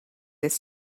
this